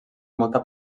molta